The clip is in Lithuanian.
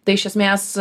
tai iš esmės